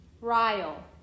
Ryle